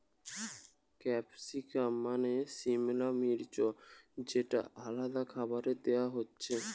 capsicum মানে সিমলা মির্চ যেটা আলাদা খাবারে দেয়া হতিছে